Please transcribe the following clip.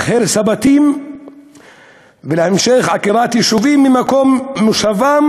הרס הבתים ולהמשך עקירת יישובים ממקום מושבם,